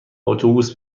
اتوبوس